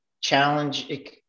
challenge